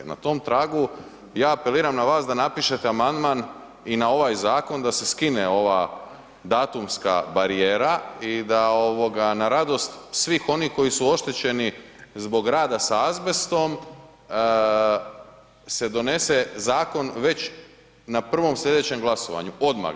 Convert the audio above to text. Na tom tragu ja apeliram na vas da napišete amandman i na ovaj zakon da se skine ova datumska barijera i da ovoga na radost svih onih koji su oštećeni zbog rada sa azbestom se donese zakon već na prvom slijedećem glasovanju, odmah.